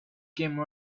came